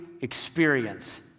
experience